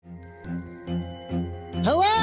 Hello